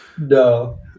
No